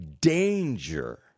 danger